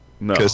No